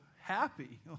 happy